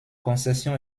concession